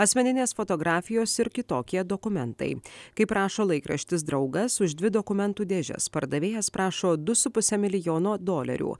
asmeninės fotografijos ir kitokie dokumentai kaip rašo laikraštis draugas už dvi dokumentų dėžes pardavėjas prašo du su puse milijono dolerių